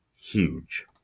huge